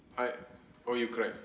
I oh you cried